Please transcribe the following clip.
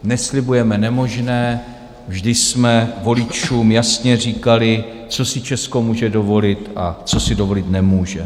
Neslibujeme nemožné, vždy jsme voličům jasně říkali, co si Česko může dovolit, a co si dovolit nemůže.